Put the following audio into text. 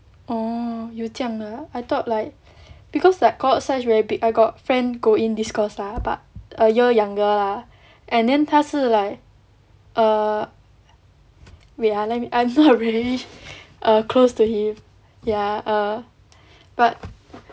oh 有这样的 ah I thought like because like cohort size very big I got friend go in this course lah but a year younger lah and then 他是 like err wait ah let me I'm not very err close to him ya err but